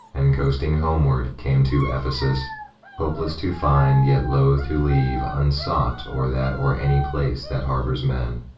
and, coasting homeward, came to ephesus hopeless to find, yet loath to leave unsought or that or any place that harbours men.